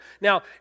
Now